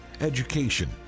education